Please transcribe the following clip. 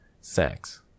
sex